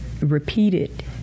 repeated